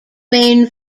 main